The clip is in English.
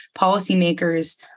policymakers